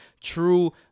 true